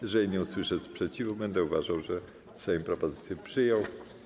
Jeżeli nie usłyszę sprzeciwu, będę uważał, że Sejm propozycję przyjął.